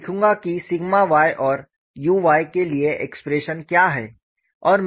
मैं लिखूंगा कि सिग्मा y और u y के लिए एक्सप्रेशन क्या है